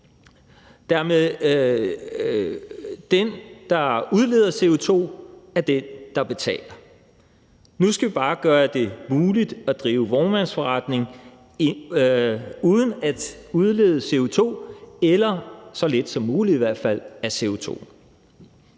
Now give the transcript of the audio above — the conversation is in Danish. god. Den, der udleder CO2, er den, der betaler. Nu skal vi bare gøre det muligt at drive vognmandsforretning uden at udlede CO2 eller i hvert fald udlede